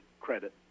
credit